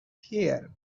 here